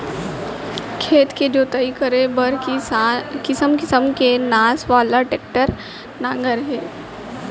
खेत के जोतई करे बर किसम किसम के नास वाला टेक्टर के नांगर हे